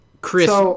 Chris